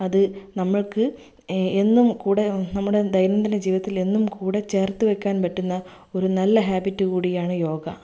അത് നമുക്ക് എന്നും കൂടെ നമ്മുടെ ദൈനംദിന ജീവിതത്തിൽ എന്നും കൂടെ ചേർത്തു വയ്ക്കാൻ പറ്റുന്ന ഒരു നല്ല ഹാബിറ്റ് കൂടിയാണ് യോഗ